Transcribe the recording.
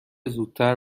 زودتر